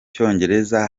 cyongereza